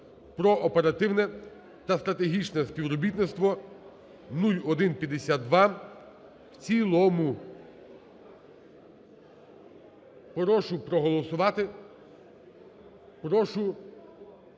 про оперативне та стратегічне співробітництво (0152) в цілому. Прошу проголосувати,